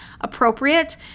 appropriate